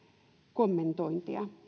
kommentointia